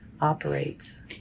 operates